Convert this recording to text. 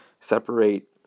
Separate